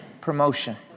Promotion